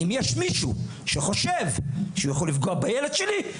אם יש מישהו שחושב שהוא יכול לפגוע בילד שלי,